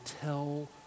tell